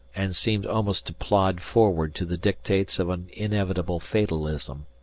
and seemed almost to plod forward to the dictates of an inevitable fatalism.